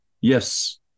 yes